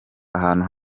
ahantu